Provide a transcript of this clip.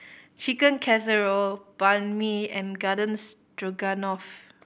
Chicken Casserole Banh Mi and Garden Stroganoff